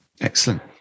excellent